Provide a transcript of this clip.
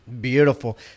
Beautiful